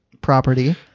property